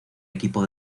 equipo